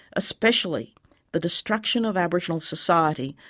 especially the destruction of aboriginal society,